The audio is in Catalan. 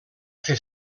fer